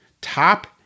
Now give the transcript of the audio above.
Top